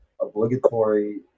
Obligatory